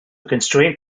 constrain